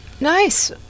Nice